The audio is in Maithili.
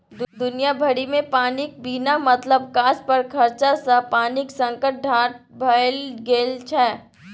दुनिया भरिमे पानिक बिना मतलब काज पर खरचा सँ पानिक संकट ठाढ़ भए गेल छै